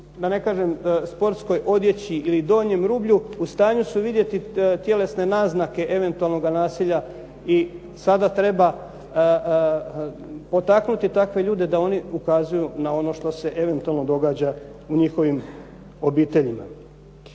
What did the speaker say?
da ne kažem u sportskoj odjeći ili donjem rublju u stanju su vidjeti tjelesne naznake eventualnoga nasilja i sada treba potaknuti takve ljude da oni ukazuju na ono što se eventualno događa u njihovim obiteljima.